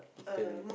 eateries